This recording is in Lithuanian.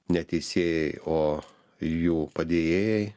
ne teisėjai o jų padėjėjai